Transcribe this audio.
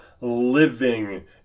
living